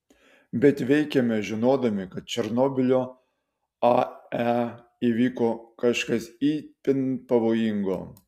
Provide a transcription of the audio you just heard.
bet veikėme žinodami kad černobylio ae įvyko kažkas itin pavojingo